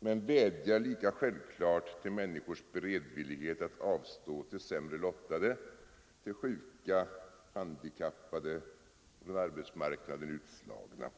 men vädjar lika självklart till människors beredvillighet att avstå till sämre lottade, till sjuka, handikappade och från arbetsmarknaden utslagna.